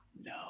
No